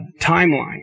timeline